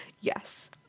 Yes